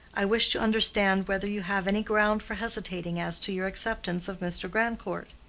i wish to understand whether you have any ground for hesitating as to your acceptance of mr. grandcourt.